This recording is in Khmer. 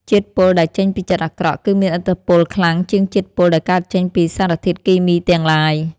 ជាតិពុលដែលចេញពីចិត្តអាក្រក់គឺមានឥទ្ធិពលខ្លាំងជាងជាតិពុលដែលកើតចេញពីសារធាតុគីមីទាំងឡាយ។